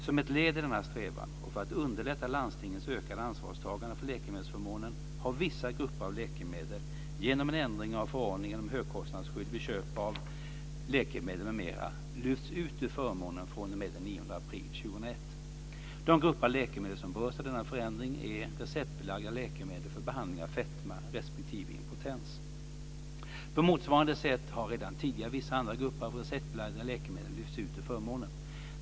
Som ett led i denna strävan och för att underlätta landstingens ökade ansvarstagande för läkemedelsförmånen har vissa grupper av läkemedel, genom en ändring av förordningen De grupper av läkemedel som berörs av denna förändring är receptbelagda läkemedel för behandling av fetma respektive impotens. På motsvarande sätt har redan tidigare vissa andra grupper av receptbelagda läkemedel lyfts ut ur förmånen.